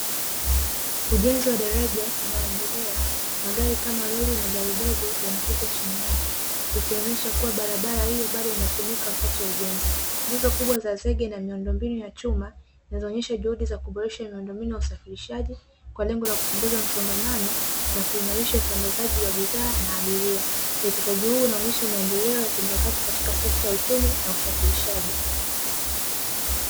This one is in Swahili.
Ujenzi wa daraja unaoendelea, magari kama lori na gari dogo yanapita chini yake, ikionyesha kuwa barabara hiyo bado inatumika wakati wa ujenzi. Nguzo kubwa za zege na miundombinu ya chuma zinazoonyesha juhudi za kuboresha miundombinu ya usafirishaji kwa lengo la kupunguza msongamano na kuimarisha usambazaji wa bidhaa na abiria. Uwekezaji huu unaonyesha maendeleo ya kimkakati katika sekta ya uchumi na usafirishaji.